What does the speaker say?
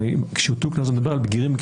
הרי כשהוטלו קנסות מדובר על בגירים,